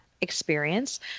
experience